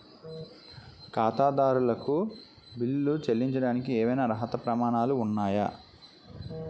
ఖాతాదారులకు బిల్లులు చెల్లించడానికి ఏవైనా అర్హత ప్రమాణాలు ఉన్నాయా?